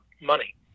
money